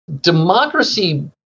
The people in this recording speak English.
democracy